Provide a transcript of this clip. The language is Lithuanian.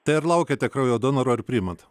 tai ar laukiate kraujo donorų ar priimat